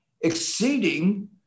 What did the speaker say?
exceeding